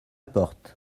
porte